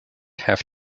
have